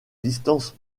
distance